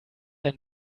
ein